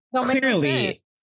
clearly